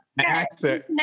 accent